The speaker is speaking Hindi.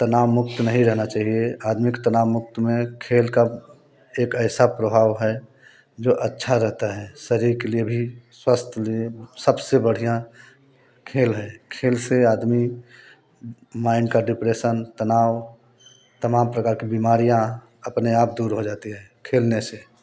तनाव मुक्त नहीं रहना चाहिए आदमी को तनाव मुक्त में खेल का एक ऐसा प्रभाव है जो अच्छा रहता है शरीर के लिए भी स्वास्थ्य लिए सबसे बढ़िया खेल है खेल से आदमी माइंड का डिप्रेशन तनाव तमाम प्रकार की बीमारियाँ अपने आप दूर हो जाती है खेलने से